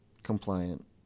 compliant